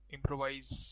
Improvise